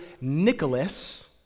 Nicholas